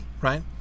right